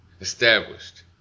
established